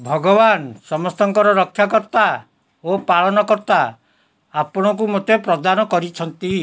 ଭଗବାନ ସମସ୍ତଙ୍କର ରକ୍ଷାକର୍ତ୍ତା ଓ ପାଳନକର୍ତ୍ତା ଆପଣଙ୍କୁ ମୋତେ ପ୍ରଦାନ କରିଛନ୍ତି